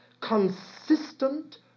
consistent